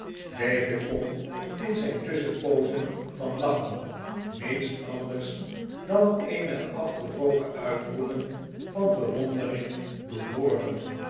david kon in zijn tusschenpoozen van lachen niets anders dan eenige afgebroken uitroepen van bewondering doen hooren